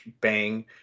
bang